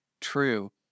true